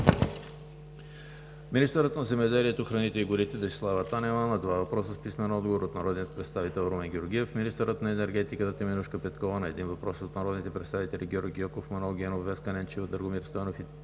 министърът на земеделието, храните и горите Десислава Танева – на два въпроса с писмен отговор от народния представител Румен Георгиев; - министърът на енергетиката Теменужка Петкова – на един въпрос от народните представители Георги Гьоков, Манол Генов, Веска Ненчева, Драгомир Стойнев